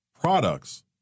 products